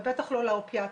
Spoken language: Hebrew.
ובטח לא לאופיאטים.